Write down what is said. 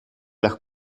las